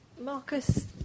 Marcus